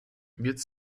huit